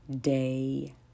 day